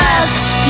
ask